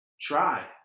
Try